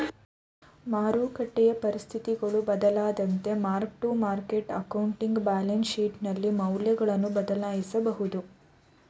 ಮಾರಕಟ್ಟೆಯ ಪರಿಸ್ಥಿತಿಗಳು ಬದಲಾದಂತೆ mark to market accounting balance ಶೀಟ್ನಲ್ಲಿ ಮೌಲ್ಯಗಳನ್ನು ಬದಲಾಯಿಸಬಹುದು